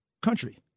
country